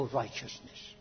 righteousness